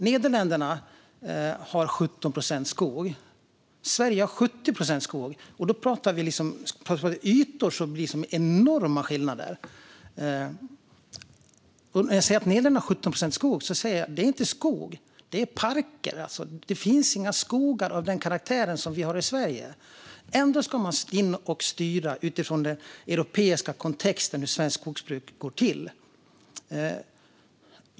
Nederländerna har 17 procent skog. Sverige har 70 procent skog. På de ytor vi pratar om blir det enorma skillnader. När jag säger att Nederländerna har 17 procent skog vill jag också säga att det inte är skog. Det är parker. Det finns inga skogar av den karaktär som vi har i Sverige. Ändå ska man utifrån den europeiska kontexten in och styra hur svenskt skogsbruk ska gå till.